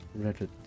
Reddit